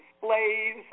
displays